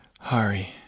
Hari